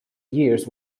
years